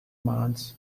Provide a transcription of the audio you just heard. month